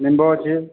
ନିମ୍ବ ଅଛି